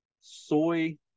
soy